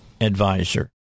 advisor